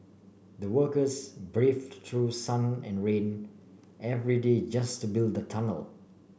the workers braved through sun and rain every day just to build the tunnel